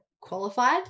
qualified